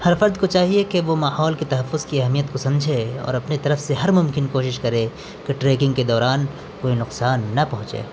ہر فرد کو چاہیے کہ وہ ماحول کے تحفظ کی اہمیت کو سمجھے اور اپنے طرف سے ہر ممکن کوشش کرے کہ ٹریکنگ کے دوران کوئی نقصان نہ پہنچے